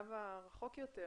לשלב הרחוק יותר,